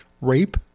Rape